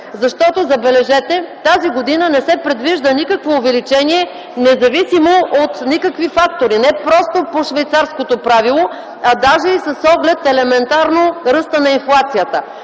Защото, забележете, тази година не се предвижда никакво увеличение, независимо от никакви фактори – не просто по швейцарското правило, а даже и с оглед елементарно ръста на инфлацията.